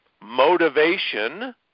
motivation